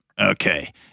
okay